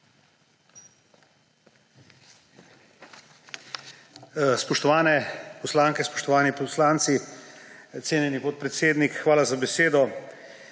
Spoštovane poslanke, spoštovani poslanci! Cenjeni podpredsednik, hvala za besedo.